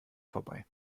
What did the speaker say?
vorbei